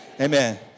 Amen